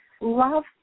Love